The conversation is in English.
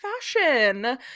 fashion